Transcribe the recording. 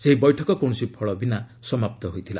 ସେହି ବୈଠକ କୌଶସି ଫଳ ବିନା ସମାପ୍ତ ହୋଇଥିଲା